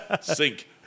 Sink